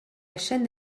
chaine